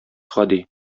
гади